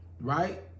right